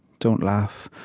don't laugh.